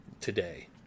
today